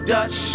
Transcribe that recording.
Dutch